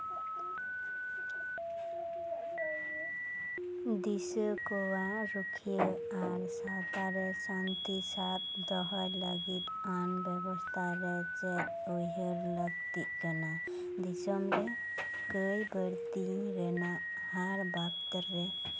ᱫᱤᱥᱟᱹ ᱠᱚᱣᱟ ᱨᱩᱠᱷᱤᱭᱟᱹ ᱟᱱ ᱥᱟᱶᱛᱟ ᱨᱮ ᱥᱟᱹᱱᱛᱤ ᱥᱟᱵ ᱫᱚᱦᱚᱭ ᱞᱟᱹᱜᱤᱫ ᱟᱹᱱ ᱵᱮᱵᱚᱥᱛᱟ ᱨᱮ ᱪᱮᱫ ᱩᱭᱦᱟᱹᱨ ᱞᱟᱹᱠᱛᱤᱜ ᱠᱟᱱᱟ ᱫᱤᱥᱚᱢ ᱨᱮ ᱠᱟᱹᱭ ᱵᱟᱹᱲᱛᱤ ᱨᱮᱱᱟᱜ ᱟᱨ ᱵᱟᱛ ᱨᱮ